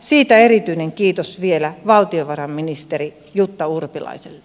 siitä erityinen kiitos vielä valtiovarainministeri jutta urpilaiselle